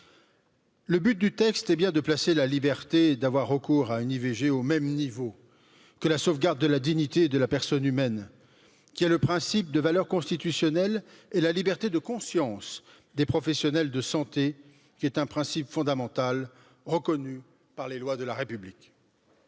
Le but du texte est bien de placer la liberté d'avoir recours à une I V G au même niveau que la sauvegarde de la dignité de la personne humaine valeur constitutionnelle et la liberté de conscience des professionnels de santé, qui est un principe fondamental, reconnu par les lois de la République.